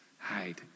Hide